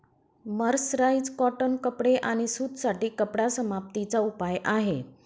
mercerise cotton कपडे आणि सूत साठी कपडा समाप्ती चा उपाय आहे